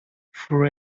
through